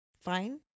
fine